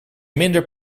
minder